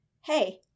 Hey